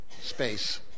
space